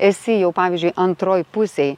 esi jau pavyzdžiui antroj pusėj